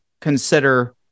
consider